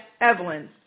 Evelyn